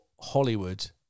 Hollywood